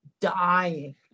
dying